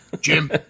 Jim